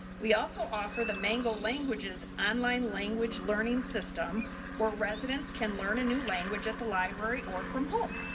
we also offer the mango languages online language learning system or residents can learn a new language at the library or from home.